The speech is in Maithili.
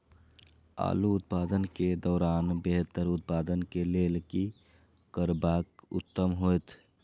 आलू उत्पादन के दौरान बेहतर उत्पादन के लेल की करबाक उत्तम होयत?